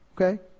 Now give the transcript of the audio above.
Okay